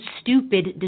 stupid